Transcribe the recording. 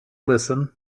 listen